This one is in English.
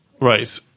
Right